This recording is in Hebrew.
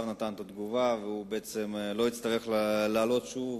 השר נתן את התגובה ובעצם הוא לא יצטרך לעלות שוב,